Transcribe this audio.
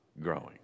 growing